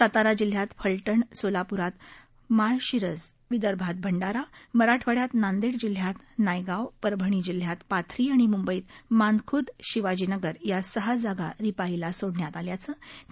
सातारा जिल्ह्यात फलटण सोलापुरात माळशिरस विदर्भात भंडारा मराठवाड्यात नांदेड जिल्ह्यात नायगाव परभणी जिल्ह्यात पाथरी आणि मुंबईत मानखुर्द शिवाजी नगर या सहा जागा रिपाईला सोडण्यात आल्याचं त्यांनी यावेळी सांगितलं